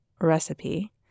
recipe